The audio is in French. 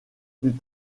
plus